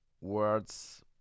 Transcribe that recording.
words